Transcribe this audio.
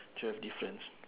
twelve difference